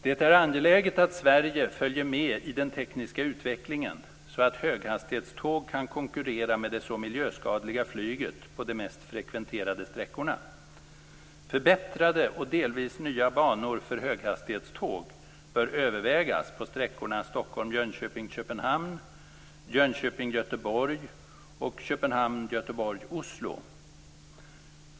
Det är angeläget att Sverige följer med i den tekniska utvecklingen så att höghastighetståg kan konkurrera med det så miljöskadliga flyget på de mest frekventerade sträckorna. Förbättrade och delvis nya banor för höghastighetståg bör övervägas på sträckorna Stockholm-Jönköping-Köpenhamn, Jönköping Göteborg och Köpenhamn-Göteborg-Oslo.